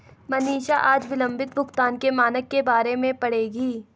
मनीषा आज विलंबित भुगतान के मानक के बारे में पढ़ेगी